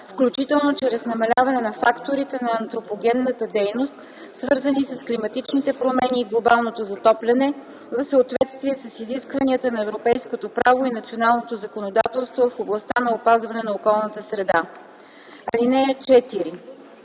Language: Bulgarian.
включително чрез намаляване на факторите на антропогенната дейност, свързани с климатичните промени и глобалното затопляне, в съответствие с изискванията на европейското право и националното законодателство в областта на опазване на околната среда. (4)